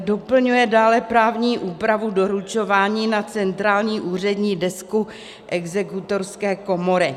Doplňuje dále právní úpravu doručování na centrální úřední desku Exekutorské komory.